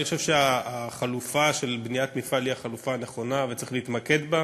אני חושב שהחלופה של בניית מפעל היא החלופה הנכונה וצריך להתמקד בה.